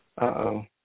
Uh-oh